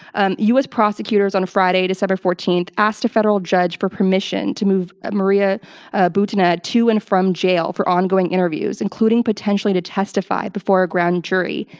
and u. s. prosecutors on friday, december fourteenth, asked a federal judge for permission to move ah maria ah butina to and from jail for ongoing interviews, including potentially to testify before a grand jury.